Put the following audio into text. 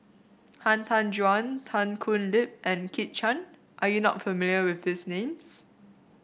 Han Tan Juan Tan Thoon Lip and Kit Chan are you not familiar with these names